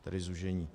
Tedy zúžení.